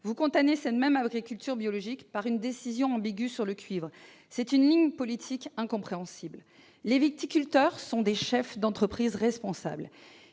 vous condamnez cette même agriculture biologique par une décision ambiguë sur le cuivre. C'est une ligne politique incompréhensible. Les viticulteurs sont des chefs d'entreprise responsables.